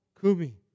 kumi